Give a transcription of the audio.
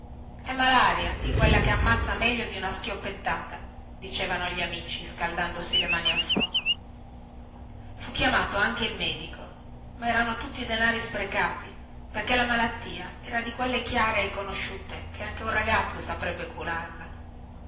è malaria di quella che ammazza meglio di una schioppettata dicevano gli amici scaldandosi le mani al fuoco fu chiamato anche il medico ma erano tutti denari buttati via perchè la malattia era di quelle chiare e conosciute che anche un ragazzo saprebbe